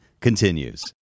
continues